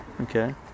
Okay